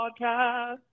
podcast